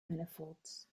manifolds